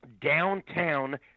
downtown